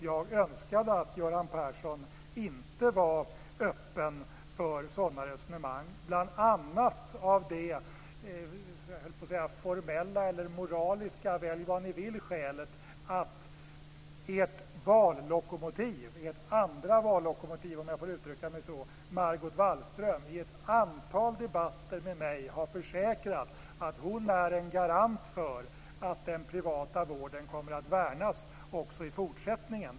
Jag önskade att Göran Persson inte var öppen för sådana resonemang, bl.a. av det formella eller moraliska - välj vad ni vill - skälet att ert andra vallokomotiv Margot Wallström, om jag får uttrycka mig så, i ett antal debatter med mig har försäkrat att hon är en garant för att den privata vården kommer att värnas också i fortsättningen.